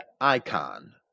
icon